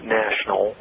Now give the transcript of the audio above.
national